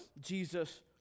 Jesus